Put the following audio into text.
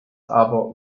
aber